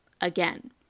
again